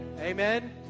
Amen